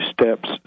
steps